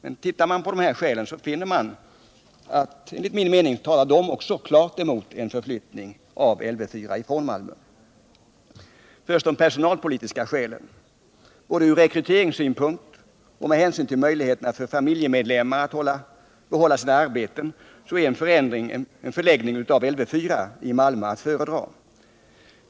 En granskning av dessa skäl talar emellertid klart emot en förflyttning av Lv 4 från Malmö. Först vill jag ta upp de personalpolitiska skälen. Både från rekryteringssynpunkt och med hänsyn till möjligheterna för familjemedlemmar att behålla sina arbeten är en förläggning av Lv 4 i Malmö att föredra.